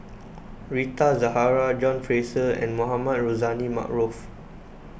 Rita Zahara John Fraser and Mohamed Rozani Maarof